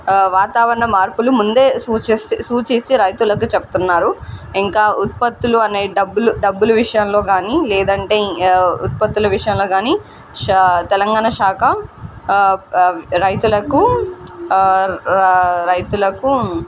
వాతావరణ మార్పులు ముందే సూచిస్తే సూచించి రైతులకి చెప్తున్నారు ఇంకా ఉత్పతులు అనే డబ్బులు డబ్బులు విషయంలో కానీ లేదంటే ఉత్పతులు విషయంలో కానీ శా తెలంగాణా శాఖ రైతులకు రైతులకు